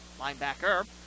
linebacker